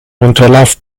unterlass